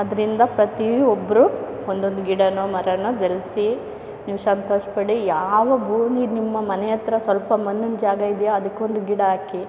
ಅದರಿಂದ ಪ್ರತಿಯೊಬ್ಬರೂ ಒಂದೊಂದು ಗಿಡನೋ ಮರನೋ ಬೆಳೆಸಿ ನೀವು ಸಂತೋಷ ಪಡಿ ಯಾವ ಭೂಮಿ ನಿಮ್ಮ ಮನೆಯ ಹತ್ರ ಸ್ವಲ್ಪ ಮಣ್ಣಿನ ಜಾಗ ಇದೆಯಾ ಅದಕ್ಕೊಂದು ಗಿಡ ಹಾಕಿ